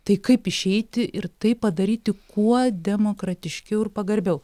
tai kaip išeiti ir tai padaryti kuo demokratiškiau ir pagarbiau